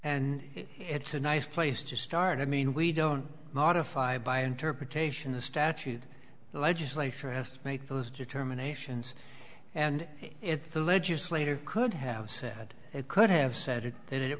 and it's a nice place to start i mean we don't modify by interpretation the statute the legislature has to make those determinations and if the legislator could have said it could have said it that it